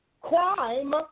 Crime